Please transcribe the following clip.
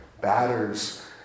batters